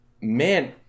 man